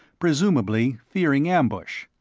presumably fearing ambush.